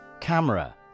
Camera